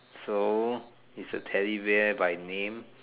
so he's a Teddy bear by name